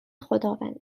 خداوند